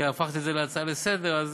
כי הפכת את זה להצעה לסדר-היום,